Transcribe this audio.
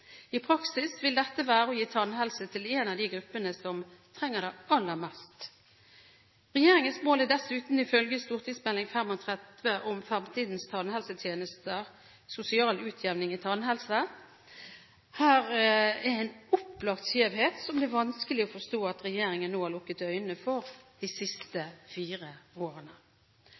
I praksis vil dette være å gi tannhelse til en av de gruppene som trenger det aller mest. Regjeringens mål er dessuten ifølge St.meld. nr. 35 for 2006–2007 om fremtidens tannhelsetjenester, sosial utjevning i tannhelse. Her er en opplagt skjevhet som det er vanskelig å forstå at regjeringen nå har lukket øynene for de siste fire årene.